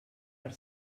per